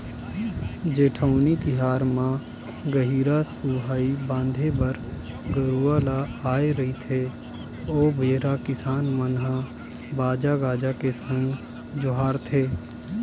जेठउनी तिहार म गहिरा सुहाई बांधे बर गरूवा ल आय रहिथे ओ बेरा किसान मन ल बाजा गाजा के संग जोहारथे